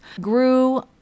grew